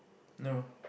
no